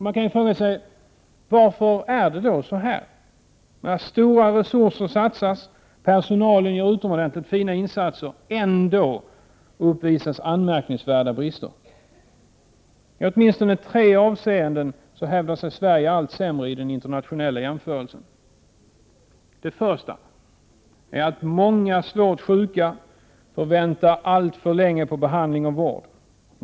Man kan fråga sig: Varför är det då så här när stora resurser satsas och personalen gör utomordentligt fina insatser? Ändå uppvisas anmärkningsvärda brister. I åtminstone tre avseenden hävdar sig Sverige allt sämre i internationella jämförelser: + Det första är att många svårt sjuka får vänta alltför länge på behandling och vård.